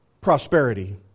prosperity